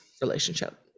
relationship